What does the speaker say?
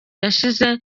yashize